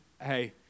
hey